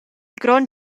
grond